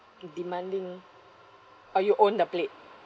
demanding ah you own the plate